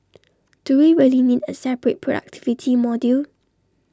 do we really need A separate productivity module